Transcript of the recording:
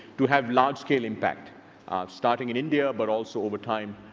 to have large-scale impact starting in india, but also, over time,